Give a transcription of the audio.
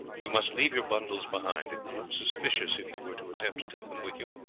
you must leave your bundles behind, it would look suspicious if you were to attempt to take them with you.